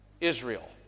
Israel